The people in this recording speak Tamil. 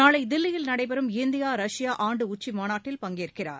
நாளை தில்லியில் நடைபெறும் இந்தியா ரஷ்யா ஆண்டு உச்சி மாநாட்டில் பங்கேற்கிறார்